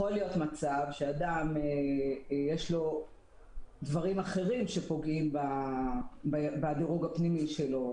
יכול להיות מצב שאדם יש לו דברים אחרים שפוגעים בדירוג הפנימי שלו,